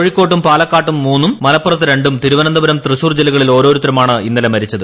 കോഴിക്കോട്ടും പാലക്കാട്ടും മൂന്നും മലപ്പുറത്ത് രണ്ടും തിരുവനന്തപുരം തൃശ്ശൂർ ജില്ലകളിൽ ഓരോരുത്തരുമാണ് ഇന്നലെ മരിച്ചത്